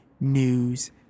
news